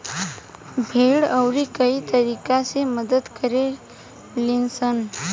भेड़ अउरी कई तरीका से मदद करे लीसन